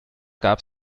gab